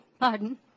pardon